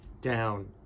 down